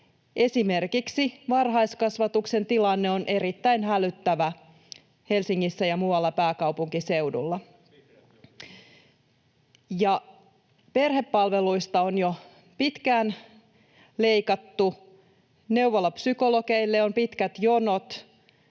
Esimerkiksi varhaiskasvatuksen tilanne on erittäin hälyttävä Helsingissä ja muualla pääkaupunkiseudulla, perhepalveluista on jo pitkään leikattu, neuvolapsykologeille on pitkät jonot,